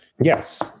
yes